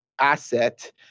asset